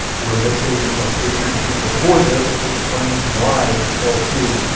we're missing a page or two before this, that explains why el cid,